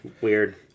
Weird